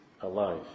alive